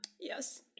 Yes